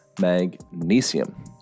magnesium